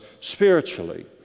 spiritually